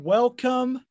Welcome